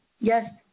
Yes